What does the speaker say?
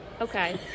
Okay